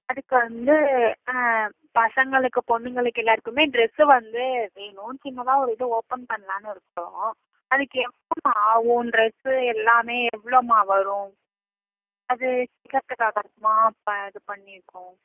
அதுக்கு வந்து பசங்களுக்கு பொண்ணுங்களுக்கு எல்லாருக்குமே டிரெஸ்ஸு வந்து வேணும் சின்னதாக ஒரு இது ஓப்பன் பண்ணலான்னு இருக்கிறோம் அதுக்கு எவ்வளோ ஆவுன்றது எல்லாமே எவ்வளோம்மா வரும் அது கேட்கறதுக்காக தாம்மா இப்போ இது பண்ணியிருக்கோம்